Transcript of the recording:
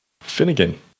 Finnegan